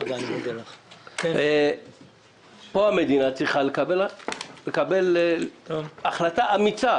פה המדינה צריכה לקבל החלטה אמיצה,